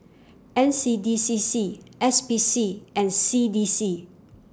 N C D C C S P C and C D C